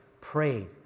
prayed